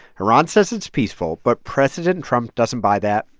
iran says it's peaceful, but president trump doesn't buy that,